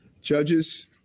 judges